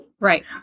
Right